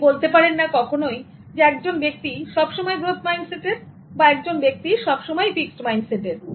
আপনি বলতে পারেন না কখনোই যে একজন ব্যক্তি সব সময় গ্রোথ মাইন্ডসেটের বা একজন ব্যক্তি সবসময়ই ফিক্সটমাইন্ডসেটের